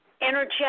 energetic